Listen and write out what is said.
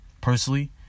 personally